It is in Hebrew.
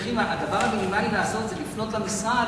שהדבר המינימלי שהם היו צריכים לעשות היה לפנות למשרד,